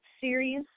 Series